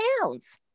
pounds